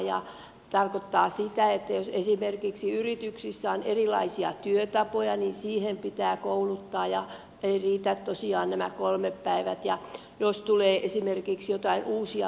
se tarkoittaa sitä että jos esimerkiksi yrityksissä on erilaisia työtapoja niin niihin pitää kouluttaa ja eivät tosiaan riitä nämä kolme päivää jos tulee esimerkiksi joitain uusia laitehankintoja